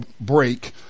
break